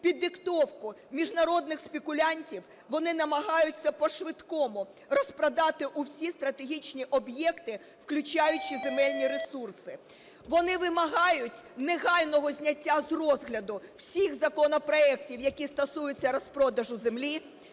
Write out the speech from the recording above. Під диктовку міжнародних спекулянтів вони намагаються по-швидкому розпродати усі стратегічні об'єкти, включаючи земельні ресурси. Вони вимагають негайного зняття з розгляду всіх законопроектів, які стосуються розпродажу землі,